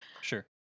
Sure